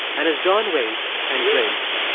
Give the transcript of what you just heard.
and as john waits and drinks,